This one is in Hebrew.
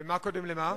ומה קודם למה?